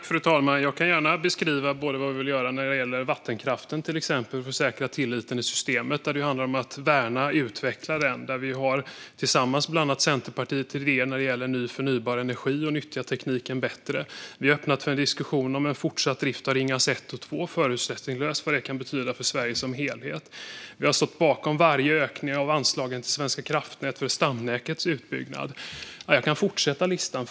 Fru talman! Jag kan gärna beskriva vad vi vill göra när det gäller till exempel vattenkraften, för att säkra tilliten i systemet. Det handlar om att värna och utveckla den. Vi har, tillsammans med bland annat Centerpartiet, idéer när det gäller ny förnybar energi och att nyttja tekniken bättre. Vi har öppnat för en förutsättningslös diskussion om fortsatt drift av Ringhals 1 och 2 och vad det kan betyda för Sverige som helhet. Vi har stått bakom varje ökning av anslagen till Svenska kraftnät för stamnätets utbyggnad. Jag kan fortsätta listan.